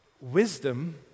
wisdom